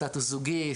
סטטוס זוגי,